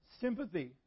Sympathy